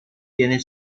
tiene